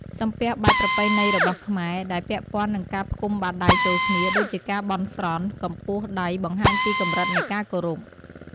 សំពះបែបប្រពៃណីរបស់ខ្មែរ ដែលពាក់ព័ន្ធនឹងការផ្គុំបាតដៃចូលគ្នា ដូចជាការបន់ស្រន់ កម្ពស់ដៃបង្ហាញពីកម្រិតនៃការគោរព។